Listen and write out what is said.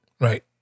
Right